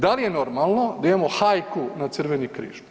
Da li je normalno da imamo hajku na Crveni križ?